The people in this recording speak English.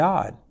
God